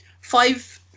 Five